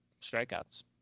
strikeouts